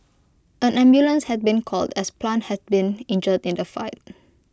an ambulance had been called as plant had been injured in the fight